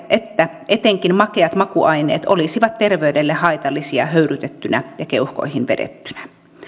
että etenkin makeat makuaineet olisivat terveydelle haitallisia höyrytettyinä ja keuhkoihin vedettyinä